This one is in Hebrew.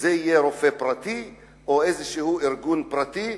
יהיה רופא פרטי או איזה ארגון פרטי,